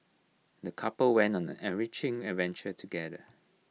the couple went on an enriching adventure together